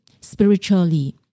spiritually